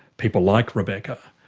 people like rebecca,